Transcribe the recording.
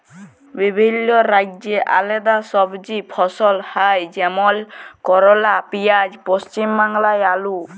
বিভিল্য রাজ্যে আলেদা সবজি ফসল হ্যয় যেমল করলা, পিয়াঁজ, পশ্চিম বাংলায় আলু